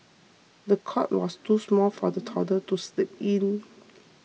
the cot was too small for the toddler to sleep in